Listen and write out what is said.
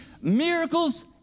miracles